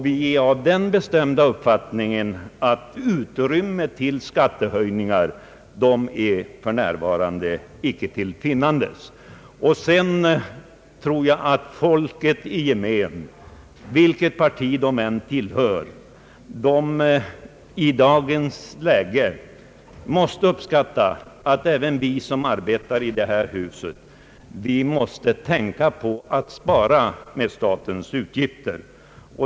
Vi är av den bestämda uppfattningen att det för närvarande inte finns något utrymme för skattehöjningar. Jag tror att folket i gemen, vilket parti man än tillhör, i dagens läge måste uppskatta att även vi som arbetar i detta hus anser oss böra spara med statens utgifter.